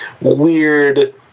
weird